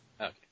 Okay